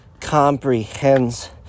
comprehends